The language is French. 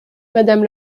madame